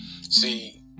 See